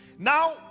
now